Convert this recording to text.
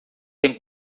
tem